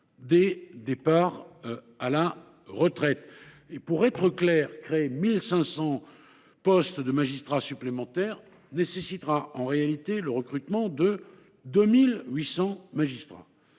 des départs à la retraite. Pour être clair, créer 1 500 postes de magistrat supplémentaires nécessitera en réalité le recrutement de 2 800 magistrats.